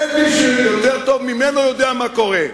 אין מי שיודע יותר טוב ממנו מה קורה.